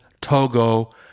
Togo